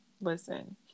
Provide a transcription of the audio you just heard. listen